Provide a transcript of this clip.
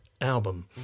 album